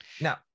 now